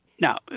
Now